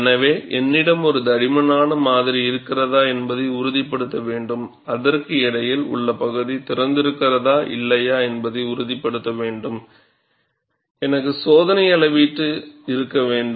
எனவே என்னிடம் ஒரு தடிமனான மாதிரி இருக்கிறதா என்பதை உறுதிப்படுத்த வேண்டும் அதற்கு இடையில் உள்ள பகுதி திறந்திருக்கிறதா இல்லையா என்பதை உறுதிப்படுத்த வேண்டும் எனக்கு சோதனை அளவீட்டு இருக்க வேண்டும்